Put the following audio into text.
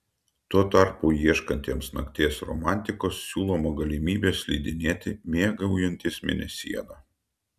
tuo tarpu ieškantiems nakties romantikos siūloma galimybė slidinėti mėgaujantis mėnesiena